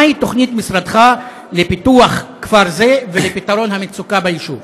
מהי תוכנית משרדך לפיתוח כפר זה ולפתרון המצוקה בו?